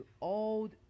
old